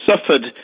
suffered